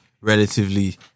relatively